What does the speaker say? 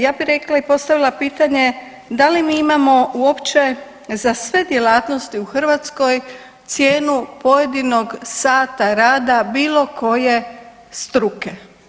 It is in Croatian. Ja bih rekla i postavila pitanje da li mi imamo uopće za sve djelatnosti u Hrvatskoj cijenu pojedinog sata rada bilo koje struke.